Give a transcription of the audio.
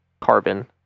carbon